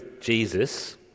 Jesus